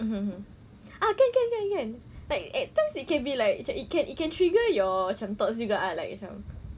mmhmm ah can can can at at times it can be like macam it can it can trigger your macam thoughts juga ah like macam